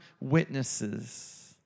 witnesses